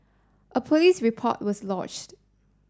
a police report was lodged